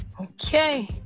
Okay